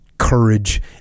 courage